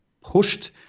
pushed